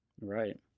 right